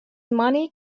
money